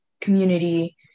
community